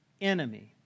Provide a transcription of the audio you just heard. enemy